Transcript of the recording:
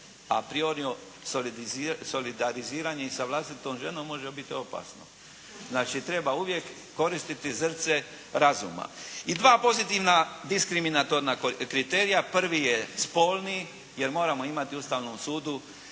"a priori" solidariziranje i sa vlastitom ženom može biti opasno. Znači, treba uvijek koristiti srce razuma. I dva pozitivna diskriminatorna kriterija, prvi je spolni jer moramo imati u Ustavnom sudu